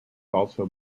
also